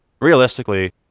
realistically